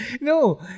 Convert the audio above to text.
No